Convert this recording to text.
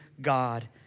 God